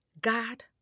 God